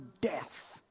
death